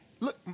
Look